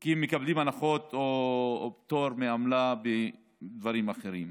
כי הם מקבלים הנחות או פטור מעמלה בדברים אחרים.